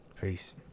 Peace